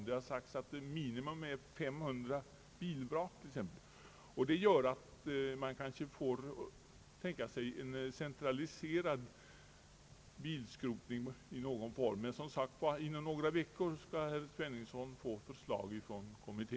Man har exempelvis angett minimiantalet till 500 bilvrak. Detta gör att man kanske får tänka sig en centraliserad bilskrotning i någon form. Men herr Sveningsson skall som sagt inom några veckor få del av förslag från denna kommitté.